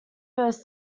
first